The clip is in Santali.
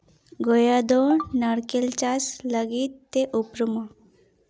ᱜᱳᱣᱟ ᱫᱚ ᱱᱟᱲᱠᱮᱞ ᱪᱟᱥ ᱞᱟᱹᱜᱤᱫ ᱛᱮ ᱩᱯᱨᱩᱢᱟ